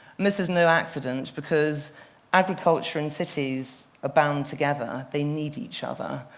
this is no accident, because agriculture and cities are bound together. they need each other.